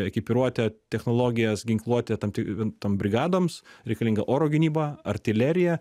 ekipiruotę technologijas ginkluotę tam ti tom brigadoms reikalinga oro gynyba artilerija